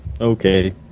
Okay